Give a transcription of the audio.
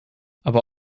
aber